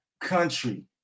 country